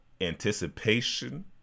anticipation